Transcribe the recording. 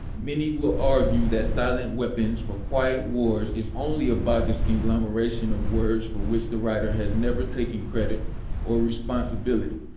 many will argue that silent weapons for quiet wars is only a bogusconglomeration of words for which the writer has never taken credit or responsibility.